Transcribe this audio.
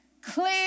clear